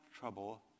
trouble